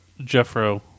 Jeffro